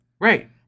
Right